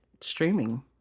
streaming